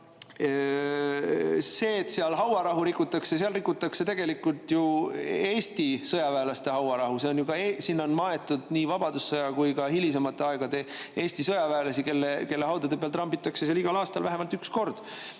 See, et seal hauarahu rikutakse – seal rikutakse tegelikult ju Eesti sõjaväelaste hauarahu. Sinna on maetud nii vabadussõjas [osalenuid] kui ka hilisemate aegade Eesti sõjaväelasi, kelle haudade peal trambitakse seal igal aastal vähemalt üks kord.